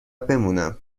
بمونم